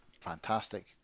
fantastic